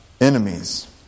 enemies